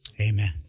Amen